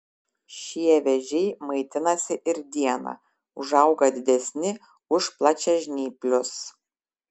šie vėžiai maitinasi ir dieną užauga didesni už plačiažnyplius